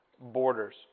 borders